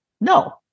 No